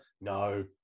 No